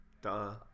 Duh